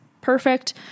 perfect